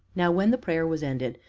now, when the prayer was ended,